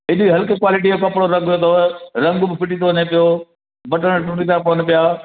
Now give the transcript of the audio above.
एॾी हल्की क्वालिटीअ जो कपिड़ो रंगियो अथव रंग बि फिटी थो वञे पियो बटण टुटी था पवनि पिया